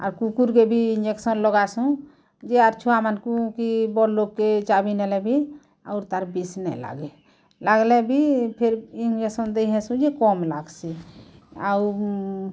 ଆର୍ କୁକୁର୍କେ ବି ଇଂଜେକ୍ସନ୍ ଲଗାସୁଁ ଯିଏ ଆର୍ ଛୁଆମାନଙ୍କୁ ବଡ଼ ଲୋକ ବି ଚାବି ନେଲେ ବି ଆଉର୍ ତାର୍ ବିଷ୍ ନାଇ ଲାଗି ଲାଗିଲେ ବି ଫିର୍ ଇଂଜେକ୍ସନ ଦେଇ ଆସୁଚି କମ୍ ଲାଗ୍ସି ଆଉ